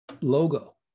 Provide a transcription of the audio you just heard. logo